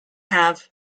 have